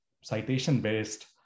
citation-based